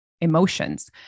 emotions